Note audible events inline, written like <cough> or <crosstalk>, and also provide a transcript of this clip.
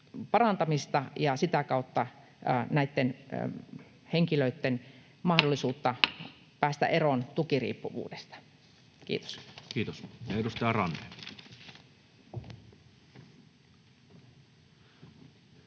parantamista ja sitä kautta näiden henkilöiden mahdollisuutta <noise> päästä eroon tukiriippuvuudesta. — Kiitos. Kiitos. — Edustaja Ranne. Arvoisa